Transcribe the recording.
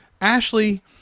Ashley